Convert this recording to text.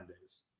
days